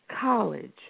college